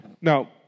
Now